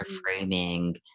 framing